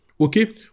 okay